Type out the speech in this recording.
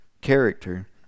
character